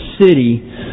city